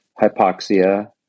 hypoxia